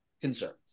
concerns